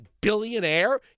billionaire